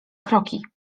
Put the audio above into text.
kroki